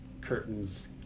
Curtains